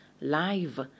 live